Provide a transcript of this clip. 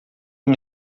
uma